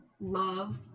love